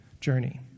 journey